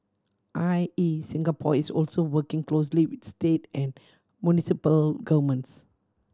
I E Singapore is also working closely with state and municipal governments